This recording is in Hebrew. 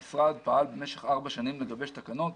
המשרד פעל במשך ארבע שנים לגבש תקנות.